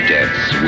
Death's